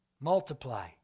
Multiply